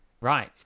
Right